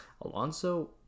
alonso